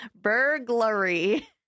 Burglary